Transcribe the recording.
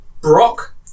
Brock